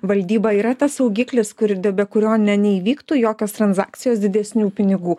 valdyba yra tas saugiklis kuris be kurio ne neįvyktų jokios transakcijos didesnių pinigų